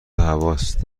هواست